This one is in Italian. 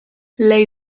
lei